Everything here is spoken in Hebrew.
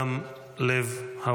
במידה רבה גם לב האומה.